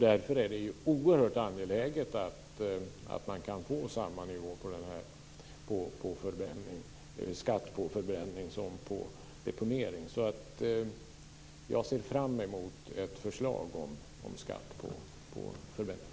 Därför är det oerhört angeläget att man kan få samma nivå på skatt på förbränning som på deponering. Jag ser fram emot ett förslag om skatt på förbränning.